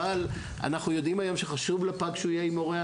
אבל אנחנו יודעים היום שחשוב לפג שיהיה עם הורה.